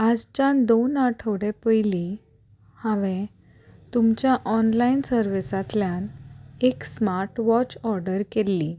आजच्यान दोन आठवडे पयलीं हांवें तुमच्या ऑनलायन सर्विसांतल्यान एक स्मार्ट वॉच ऑर्डर केल्ली